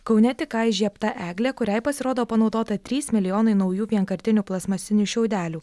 kaune tik ką įžiebta eglė kuriai pasirodo panaudota trys milijonai naujų vienkartinių plastmasinių šiaudelių